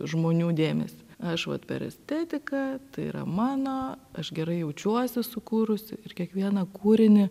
žmonių dėmesį aš vat per estetiką tai yra mano aš gerai jaučiuosi sukūrusi ir kiekvieną kūrinį